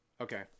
okay